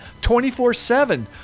24-7